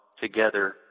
together